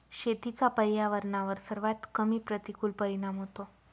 शेतीचा पर्यावरणावर सर्वात कमी प्रतिकूल परिणाम होतो